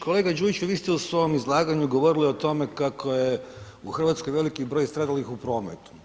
Kolega Đujić vi ste u svom izlaganju govorili o tome kako je u Hrvatskoj veliki broj stradali u prometu.